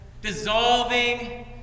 dissolving